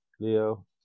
Leo